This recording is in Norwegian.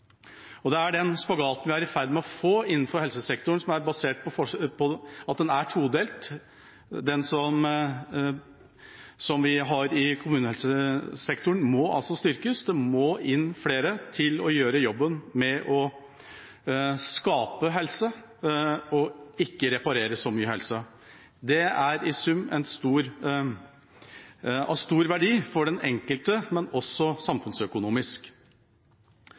ferd med å få innenfor helsesektoren, basert på at den er todelt. Kommunehelsesektoren må styrkes, det må inn flere til å gjøre jobben med å skape helse og ikke til å reparere så mye. Det er i sum av stor verdi for den enkelte, og også samfunnsøkonomisk.